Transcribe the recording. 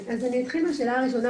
אז אני אתחיל מהשאלה הראשונה.